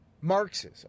Marxism